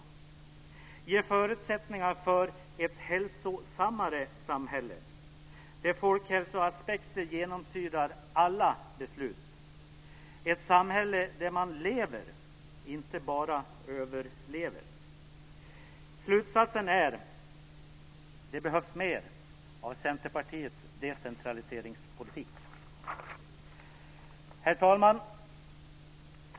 Vi vill ge förutsättningar för ett hälsosammare samhälle, där folkhälsoaspekter genomsyrar alla beslut. Det ska vara ett samhälle där man lever - inte bara överlever. Slutsatsen är att det behövs mer av Centerpartiets decentraliseringspolitik. Herr talman!